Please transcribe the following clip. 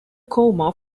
coma